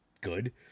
good